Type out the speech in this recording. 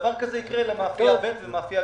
שדבר כזה לא יקרה למאפייה ב' ולמאפייה